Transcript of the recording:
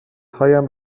هایم